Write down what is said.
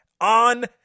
on